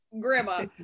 Grandma